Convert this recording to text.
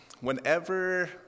whenever